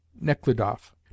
Nekhludoff